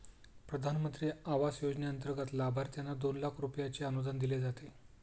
प्रधानमंत्री आवास योजनेंतर्गत लाभार्थ्यांना दोन लाख रुपयांचे अनुदान दिले जाते